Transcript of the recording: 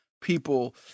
people